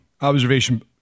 observation